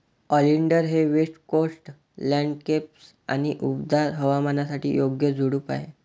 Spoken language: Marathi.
ओलिंडर हे वेस्ट कोस्ट लँडस्केप आणि उबदार हवामानासाठी योग्य झुडूप आहे